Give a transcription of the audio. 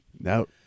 No